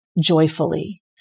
joyfully